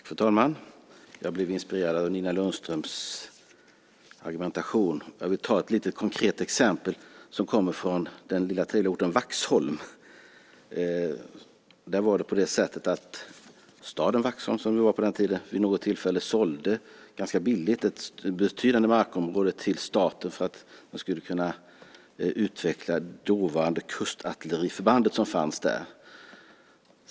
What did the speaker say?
Fru talman! Jag blev inspirerad av Nina Lundströms argumentation. Jag vill ta ett litet konkret exempel från den lilla trevliga orten Vaxholm. Staden Vaxholm, som det var på den tiden, sålde vid något tillfälle ganska billigt ett betydande markområde till staten för att man skulle kunna utveckla det dåvarande kustartilleriförbandet som fanns där.